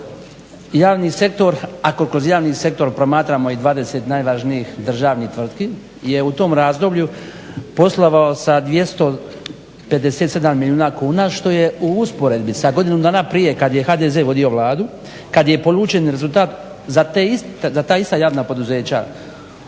ako kroz javni sektor promatramo i 20 najvažnijih državnih tvrtki je u tom razdoblju poslovao sa 257 milijuna kuna što je u usporedbi sa godinu dana prije kad je HDZ vodio Vladu, kad je polučeni rezultat za ta ista javna poduzeća